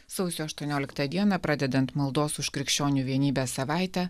sausio aštuonioliktą dieną pradedant maldos už krikščionių vienybę savaitę